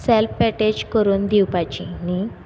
self attach करून दिवपाची न्ही